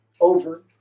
over